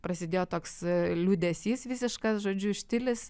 prasidėjo toks liūdesys visiškas žodžiu štilis